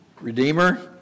Redeemer